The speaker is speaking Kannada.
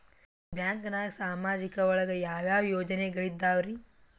ಬ್ಯಾಂಕ್ನಾಗ ಸಾಮಾಜಿಕ ಒಳಗ ಯಾವ ಯಾವ ಯೋಜನೆಗಳಿದ್ದಾವ್ರಿ?